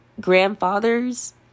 grandfathers